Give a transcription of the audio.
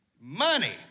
money